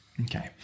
Okay